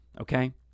okay